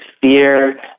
fear